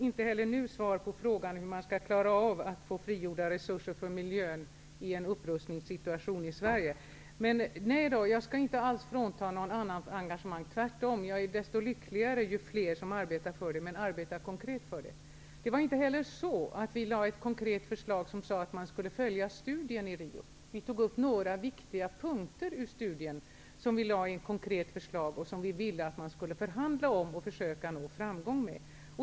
Herr talman! Jag fick inte heller nu svar på frågan hur man i Sverige i en upprustningssituaion skall klara av att frigöra resurser för miljön. Nej, jag skall inte alls frånta någon hans eller hennes engagemang, tvärtom. Ju fler som arbetar för detta, desto lyckligare blir jag. Men då måste man arbeta konkret för detta. Vi lade inte fram ett konkret förslag om att man skulle följa studien i Rio. Vi tog upp några viktiga punkter i studien, som vi lade fram ett konkret förslag om. Vi ville att man skulle förhandla om det och försöka att nå framgång med det.